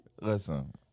Listen